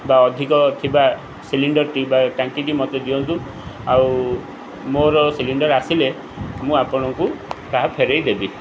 ବା ଅଧିକ ଥିବା ସିଲିଣ୍ଡର୍ଟି ବା ଟାଙ୍କିଟି ମୋତେ ଦିଅନ୍ତୁ ଆଉ ମୋର ସିଲିଣ୍ଡର୍ ଆସିଲେ ମୁଁ ଆପଣଙ୍କୁ ତାହା ଫେରାଇ ଦେବି